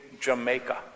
Jamaica